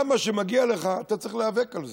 גם מה שמגיע לך, אתה צריך להיאבק על זה.